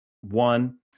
one